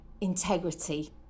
integrity